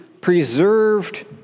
preserved